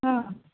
हां